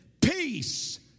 Peace